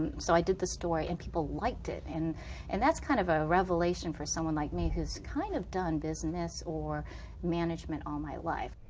and so i did the story and people liked it and and that's kind of a revelation for someone like me who's kind of done business or management all my life.